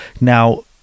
Now